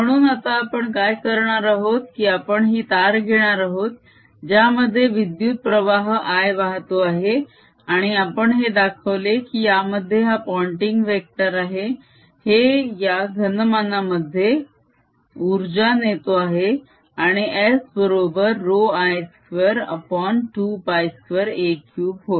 म्हणून आता आपण काय करणार आहोत की आपण ही तार घेणार आहोत ज्यामध्ये विद्युत प्रवाह I वाहतो आहे आणि आपण हे दाखवले आहे की यामध्ये हा पोंटिंग वेक्टर आहे हे या घनमानमध्ये उर्जा नेतो आहे आणि S बरोबर I222a3 होय